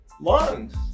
lungs